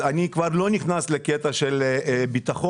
אני כבר לא נכנס לקטע של הביטחון,